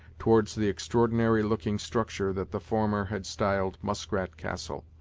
towards the extraordinary-looking structure that the former had styled muskrat castle.